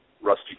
Rusty